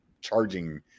charging